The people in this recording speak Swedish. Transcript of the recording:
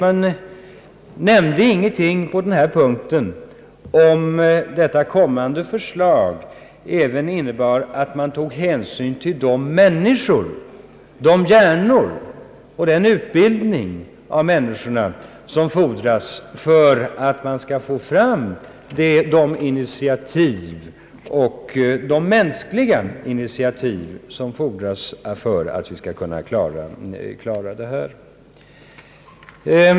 Men statsrådet Wickman nämnde på denna punkt ingenting om huruvida detta kommande förslag även innebar att man tog hänsyn till de människor — de hjärnor och den utbildning av människorna — som fordras för att man skall få fram de mänskliga initiativ som fordras för att vi skall kunna klara detta problem.